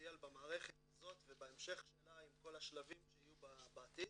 פוטנציאל במערכת הזאת ובהמשך שלה עם כל השלבים שיהיו בעתיד